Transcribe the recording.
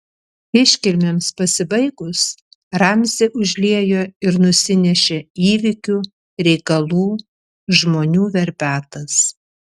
iškilmėms pasibaigus ramzį užliejo ir nusinešė įvykių reikalų žmonių verpetas